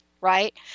right